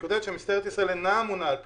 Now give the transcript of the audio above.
היא כתבה: "משטרת ישראל אינה אמונה על פלישות"